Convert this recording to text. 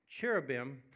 cherubim